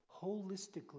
holistically